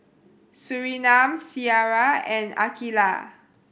Surinam Syirah and Aqilah